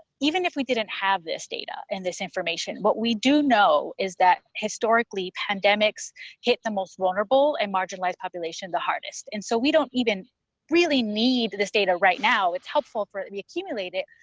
even if we didn't have this data and this information, what we do know is that historically pandemics hit the most vulnerable and marginalized populations the hardest. and so we don't even really need this data right now. it's helpful for it to and be accumulated,